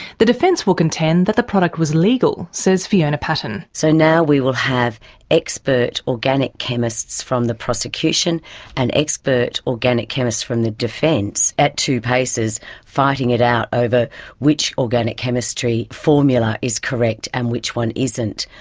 the defence will contend that the product was legal, says fiona patten. so now we will have expert organic chemists from the prosecution and expert organic chemists from the defence at two paces fighting it out over which organic chemistry formula is correct and which one isn't.